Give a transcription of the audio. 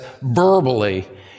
verbally